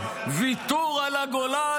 "ויתור על הגולן,